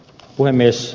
puhemies